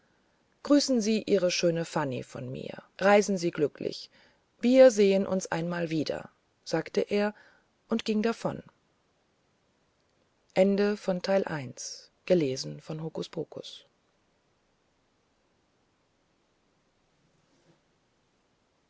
grüßen sie ihre schöne fanny von mir reisen sie glücklich wir sehen uns einmal wieder sagte er und ging davon